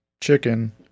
chicken